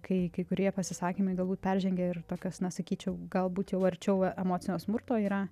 kai kai kurie pasisakymai galbūt peržengia ir tokias na sakyčiau galbūt jau arčiau emocinio smurto yra